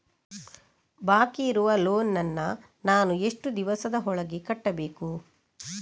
ಬಾಕಿ ಇರುವ ಲೋನ್ ನನ್ನ ನಾನು ಎಷ್ಟು ದಿವಸದ ಒಳಗೆ ಕಟ್ಟಬೇಕು?